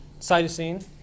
cytosine